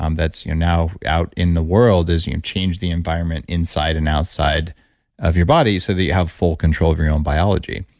um that's you're now out in the world is you change the environment inside and outside of your body, so that you have full control of your own biology,